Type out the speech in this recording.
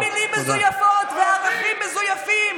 עם עוד מילים מזויפות וערכים מזויפים